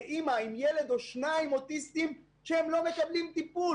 לאמא, עם ילד או שניים אוטיסטים שלא מקבלים טיפול.